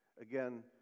Again